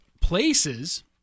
places